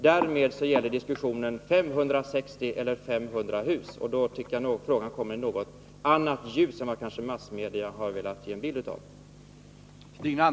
Därmed gäller diskussionen 560 eller 500 hus, och då tycker jag att frågan kommer i ett annat läge än vad massmedia kanske velat ge en bild av.